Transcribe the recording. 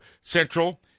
central